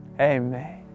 Amen